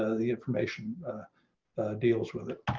ah the information deals with